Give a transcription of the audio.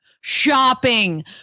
shopping